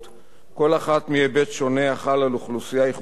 כל אחת מהיבט שונה החל על אוכלוסייה ייחודית זו,